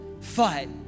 fight